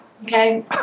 Okay